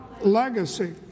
legacy